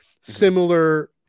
similar